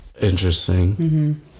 Interesting